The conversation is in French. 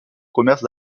commerces